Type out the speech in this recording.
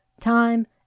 time